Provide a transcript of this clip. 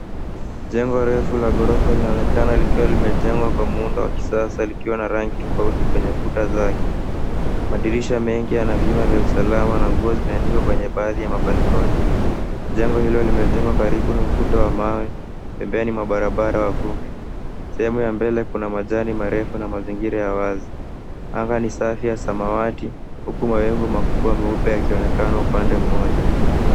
Jengo refu la ghorofa linaonekana likiwa limejengwa kwa muundo wa kisasa likiwa na rangi tofauti kwenye kuta zake. Madirisha mengi yana vyuma vya usalama na nguo zimeanikwa kwenye baadhi ya mabalikoni. Jengo hilo limejengwa karibu na ukuta wa mawe pembeni mwa barabara wa vumbi. Sehemu ya mbele kuna majani marefu na mazingira ya wazi. Anga ni safi ya samawati huku mawingu makubwa meupe akionekana upande mmoja.